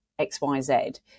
XYZ